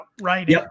right